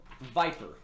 viper